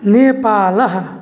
नेपालः